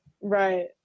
Right